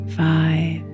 five